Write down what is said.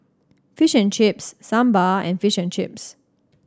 Fish and Chips Sambar and Fish and Chips